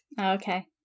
Okay